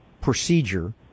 procedure